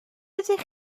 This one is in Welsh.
ydych